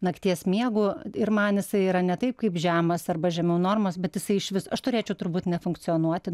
nakties miegu ir man jisai yra ne taip kaip žemas arba žemiau normos bet jisai išvis aš turėčiau turbūt nefunkcionuoti